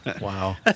wow